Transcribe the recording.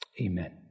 amen